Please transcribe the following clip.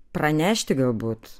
pranešti galbūt